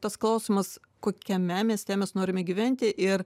tas klausimas kokiame mieste mes norime gyventi ir